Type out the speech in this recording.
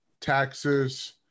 taxes